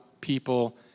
people